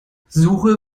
suche